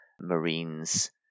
marines